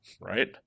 Right